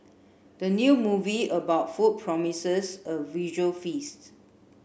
the new movie about food promises a visual feast